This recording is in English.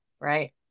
right